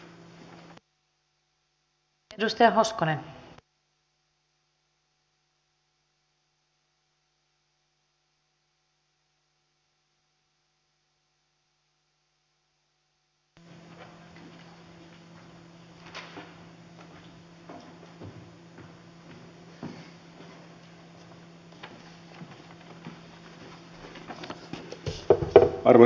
arvoisa rouva puhemies